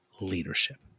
leadership